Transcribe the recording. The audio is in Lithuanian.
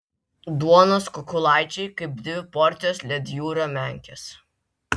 duonos kukulaičiai kaip dvi porcijos ledjūrio menkės